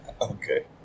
Okay